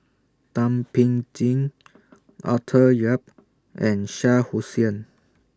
Thum Ping Tjin Arthur Yap and Shah Hussain